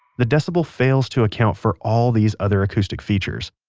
the decibel fails to account for all these other acoustic features.